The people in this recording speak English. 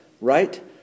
right